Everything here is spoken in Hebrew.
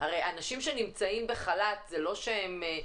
הרי אנשים שנמצאים בחל"ת זה לא שהם,